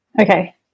Okay